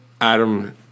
Adam